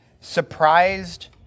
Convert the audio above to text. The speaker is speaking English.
Surprised